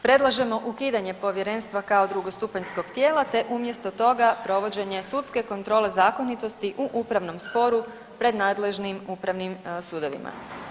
Predlažemo ukidanje Povjerenstva kao drugostupanjskog tijela te umjesto toga provođenje sudske kontrole zakonitosti u upravnom sporu pred nadležnim upravnim sudovima.